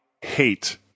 hate